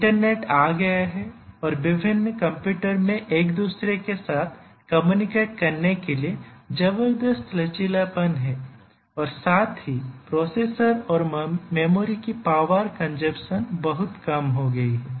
internet आ गया है और विभिन्न कंप्यूटरों में एक दूसरे के साथ कम्युनिकेट करने के लिए जबरदस्त लचीलापन है और साथ ही प्रोसेसर और मेमोरी की पावर कंजप्शन बहुत कम हो गई है